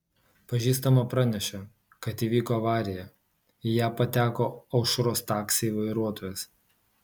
pažįstama pranešė kad įvyko avarija į ją pateko aušros taksiai vairuotojas